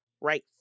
right